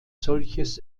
solches